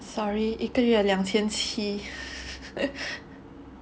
sorry 一个月两千七